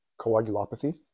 Coagulopathy